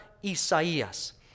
Isaías